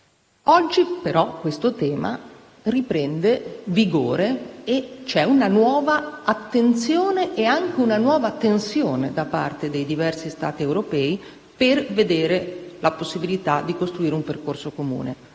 Oggi, però, questo tema riprende vigore e ci sono una nuova attenzione e anche una nuova tensione da parte di diversi Stati europei per valutare la possibilità di costruire un percorso comune.